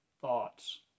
thoughts